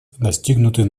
достигнутый